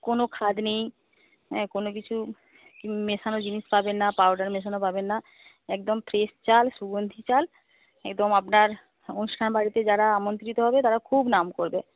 কোনও খাদ নেই কোনও কিছু মেশানো জিনিস পাবেন না পাউডার মেশানো পাবেন না একদম ফ্রেশ চাল সুগন্ধী চাল একদম আপনার অনুষ্ঠান বাড়িতে যারা আমন্ত্রিত হবে তারা খুব নাম করবে